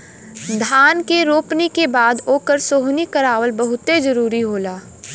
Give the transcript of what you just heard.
धान के रोपनी के बाद ओकर सोहनी करावल बहुते जरुरी होला